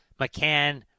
McCann